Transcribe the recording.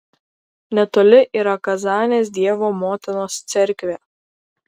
netoli yra kazanės dievo motinos cerkvė